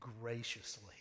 graciously